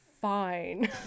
fine